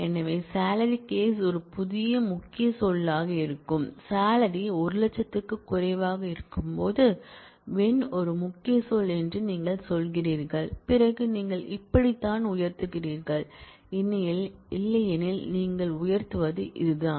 எனவே salary case ஒரு புதிய முக்கிய சொல்லாக இருக்கும்போது சாலரி 100000 க்கு குறைவாக இருக்கும்போது வென் ஒரு முக்கிய சொல் என்று நீங்கள் சொல்கிறீர்கள் பிறகு நீங்கள் இப்படித்தான் உயர்த்துகிறீர்கள் இல்லையெனில் நீங்கள் உயர்த்துவது இதுதான்